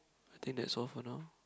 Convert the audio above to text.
I think that's all for now